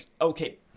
okay